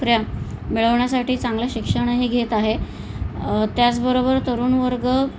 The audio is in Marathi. नोकऱ्या मिळवण्यासाठी चांगलं शिक्षणही घेत आहे त्याचबरोबर तरुणवर्ग